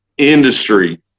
industry